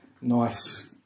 nice